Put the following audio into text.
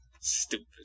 Stupid